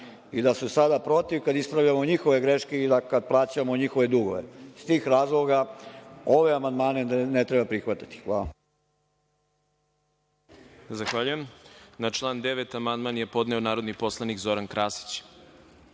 i da su sada protiv kad ispravljamo njihove greške i kada plaćamo njihove dugove. Iz tih razloga, ove amandmane ne treba prihvatiti. Hvala.